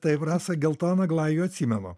taip rasa geltoną glajų atsimenu